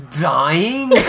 dying